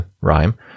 Rhyme